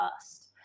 first